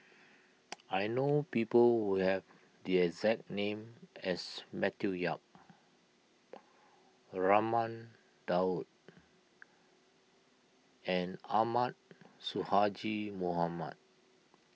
I know people who have the exact name as Matthew Yap Raman Daud and Ahmad Sonhadji Mohamad